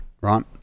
right